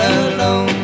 alone